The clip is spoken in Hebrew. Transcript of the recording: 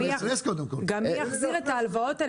גם מי יחזיר את ההלוואות האלה,